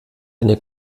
eine